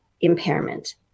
impairment